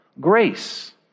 grace